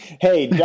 Hey